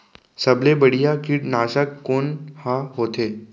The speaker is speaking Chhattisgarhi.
सबले बढ़िया कीटनाशक कोन ह होथे?